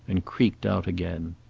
and creaked out again.